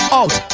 out